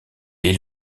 est